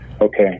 okay